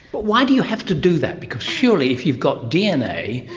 but why do you have to do that, because surely if you've got dna,